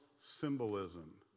symbolism